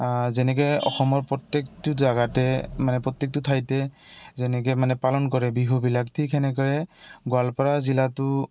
যেনেকে অসমৰ প্ৰত্যেকটো জেগাতে মানে প্ৰত্যেকটো ঠাইতে যেনেকে মানে পালন কৰে বিহুবিলাক ঠিক সেনেকৰে গোৱালপাৰা জিলাটো